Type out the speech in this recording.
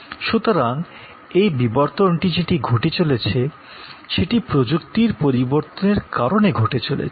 সুতরাং এই বিবর্তনটি যেটি ঘটে চলেছে সেটি প্রযুক্তির পরিবর্তনের কারণে ঘটে চলেছে